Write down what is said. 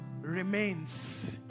remains